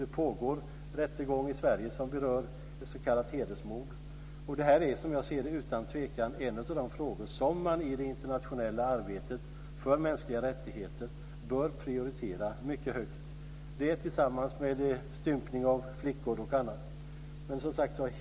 Det pågår en rättegång i Sverige som berör ett s.k. hedersmord. Det här är, som jag ser det, utan tvekan en av de frågor som man i det internationella arbetet för mänskliga rättigheter bör prioritera mycket högt - detta tillsammans med stympning av flickor och annat.